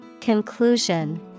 Conclusion